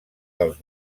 dels